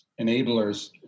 enablers